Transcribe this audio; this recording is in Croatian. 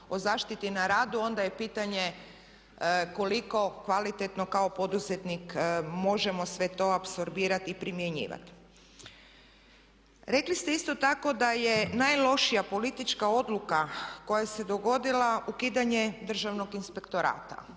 o zaštiti na radu onda je pitanje koliko kvalitetno kao poduzetnik možemo sve to apsorbirati i primjenjivati. Rekli ste isto tako da je najlošija politička odluka koja se dogodila ukidanje Državnog inspektorata.